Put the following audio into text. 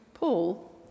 Paul